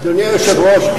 אדוני היושב-ראש,